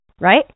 Right